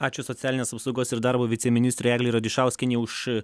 ačiū socialinės apsaugos ir darbo viceministrei eglei radišauskienei už